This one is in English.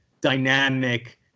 dynamic